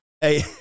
Hey